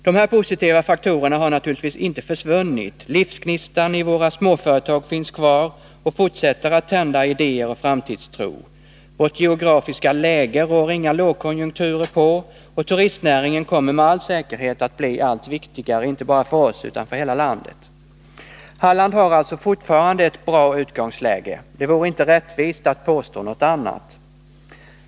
De här positiva faktorerna har naturligtvis inte försvunnit — livsgnistan i våra småföretag finns kvar och fortsätter att tända idéer och framtidstro, vårt geografiska läge rår inga lågkonjunkturer på, och turistnäringen kommer med all säkerhet att bli allt viktigare, inte bara för oss utan för hela landet. Halland har alltså fortfarande ett bra utgångsläge. Det vore inte rättvist att påstå något annat.